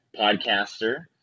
podcaster